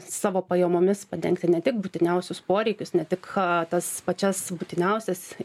savo pajamomis padengti ne tik būtiniausius poreikius ne tik tas pačias būtiniausias